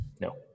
No